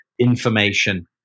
information